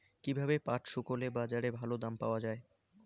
কীভাবে পাট শুকোলে বাজারে ভালো দাম পাওয়া য়ায়?